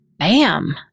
Bam